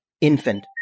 infant